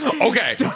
Okay